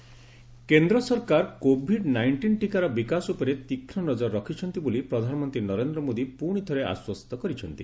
Covid ଟୀକା କେନ୍ଦ୍ର ସରକାର କୋଭିଡ୍ ନାଇଷ୍ଟିନ୍ ଟୀକାର ବିକାଶ ଉପରେ ତୀକ୍ଷଣ ନଜର ରଖିଛନ୍ତି ବୋଲି ପ୍ରଧାନମନ୍ତ୍ରୀ ନରେନ୍ଦ୍ର ମୋଦି ପୁଣି ଥରେ ଆଶ୍ୱସ୍ତ କରିଛନ୍ତି